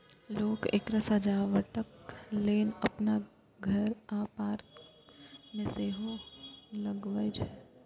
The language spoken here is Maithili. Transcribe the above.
लोक एकरा सजावटक लेल अपन घर आ पार्क मे सेहो लगबै छै